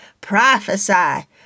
Prophesy